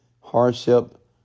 hardship